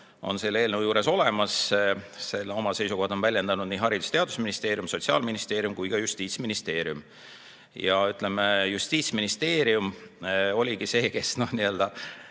selle eelnõu juures olemas. Oma seisukohad on väljendanud nii Haridus- ja Teadusministeerium, Sotsiaalministeerium kui ka Justiitsministeerium. Ja, ütleme, Justiitsministeerium oligi see, kes piltlikult